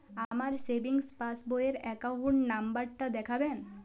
আমার savings passbook র account number টা দেখাবেন?